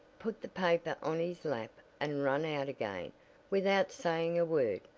put the paper on his lap and run out again without saying a word.